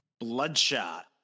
Bloodshot